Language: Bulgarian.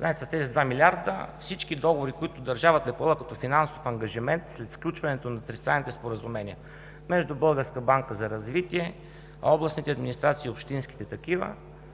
За тези два милиарда всички договори, които държавата е поела като финансов ангажимент след сключването на тристранно споразумение между Българска банка за развитие, областните администрации и общинските такива,